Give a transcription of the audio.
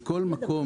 בכל מקום